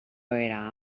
era